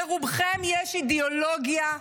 לרובכם יש אידיאולוגיה קשיחה.